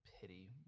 pity